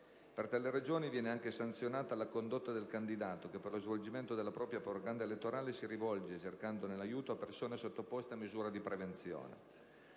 Per tali ragioni, viene anche sanzionata la condotta del candidato che, per lo svolgimento della propria propaganda elettorale, si rivolge, cercandone l'aiuto, a persone sottoposte a misure di prevenzione.